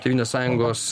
tėvynės sąjungos